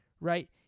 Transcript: right